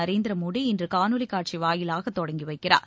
நரேந்திர மோடி இன்று காணொலிக் காட்சி வாயிலாக தொடங்கி வைக்கிறார்